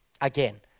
Again